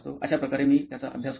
अश्या प्रकारे मी त्याचा अभ्यास करतो